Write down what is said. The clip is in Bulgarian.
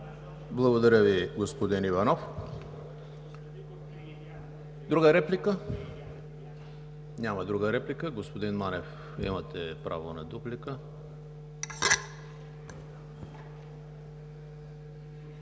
Благодаря, господин Иванов. Друга реплика? Няма. Господин Манев, имате право на дуплика.